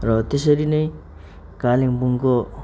र त्यसरी नै कालिम्पोङको